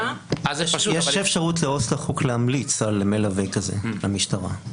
יש אפשרות לעו"ס החוק להמליץ על מלווה כזה למשטרה.